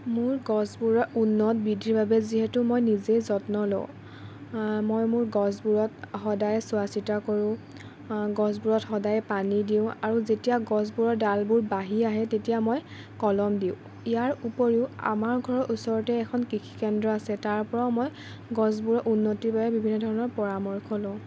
মোৰ গছবোৰৰ উন্নত বৃদ্ধিৰ বাবে যিহেতু মই নিজেই যত্ন লওঁ মই মোৰ গছবোৰত সদায় চোৱা চিতা কৰোঁ গছবোৰত সদায় পানী দিওঁ আৰু যেতিয়া গছবোৰৰ ডালবোৰ বাঢ়ি আহে তেতিয়া মই কলম দিওঁ ইয়াৰ উপৰিও আমাৰ ঘৰৰ ওচৰতে এখন কৃষি কেন্দ্ৰ আছে তাৰ পৰাও মই গছবোৰৰ উন্নতিৰ বাবে বিভিন্ন ধৰণৰ পৰামৰ্শ লওঁ